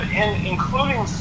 including